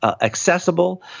accessible